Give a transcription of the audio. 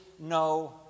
No